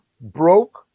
broke